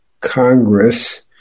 Congress